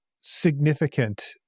significant